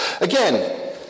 Again